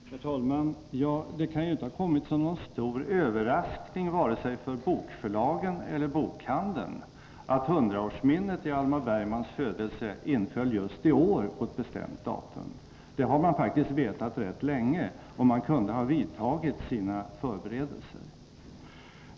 Herr talman! Det kan ju inte ha kommit som någon stor överraskning för vare sig bokförlagen eller bokhandeln att hundraårsminnet av Hjalmar Bergmans födelse infaller just i år på ett bestämt datum. Det har man faktiskt vetat rätt länge och kunde vidtagit sina förberedelser.